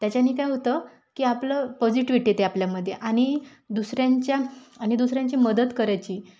त्याच्याने काय होतं की आपलं पॉझिटिव्हिटी येते आपल्यामध्ये आणि दुसऱ्यांच्या आणि दुसऱ्यांची मदत करायची